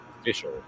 official